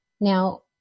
Now